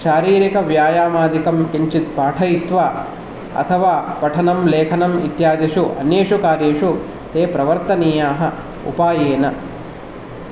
शारिरीकव्यायामादिकं किञ्चित् पाठयित्वा अथवा पठनं लेखनम् इत्यादिषु अन्येषु कार्येषु ते प्रवर्तनीयाः उपायेन